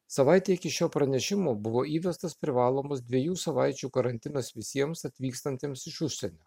savaitę iki šio pranešimo buvo įvestas privalomas dviejų savaičių karantinas visiems atvykstantiems iš užsienio